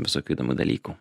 visokių įdomių dalykų